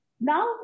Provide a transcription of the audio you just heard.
now